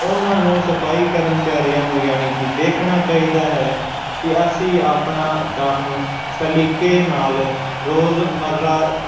ਉਹਨਾਂ ਨੂੰ ਸਫਾਈ ਕਰਮਚਾਰੀਆਂ ਨੂੰ ਯਾਨੀ ਕਿ ਦੇਖਣਾ ਚਾਹੀਦਾ ਹੈ ਕਿ ਅਸੀਂ ਆਪਣਾ ਕੰਮ ਸਲੀਕੇ ਨਾਲ ਰੋਜ਼ਮੱਰਾ